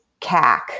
CAC